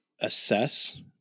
assess